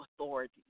authority